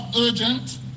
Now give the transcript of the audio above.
urgent